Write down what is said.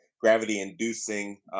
gravity-inducing